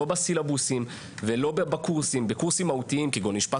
לא בסילבוסים ולא בקורסים בקורסים מהותיים כגון משפט